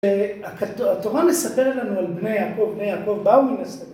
התורה מספרת לנו על בני יעקב, ‫בני יעקב באו ו...